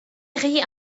rit